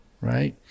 right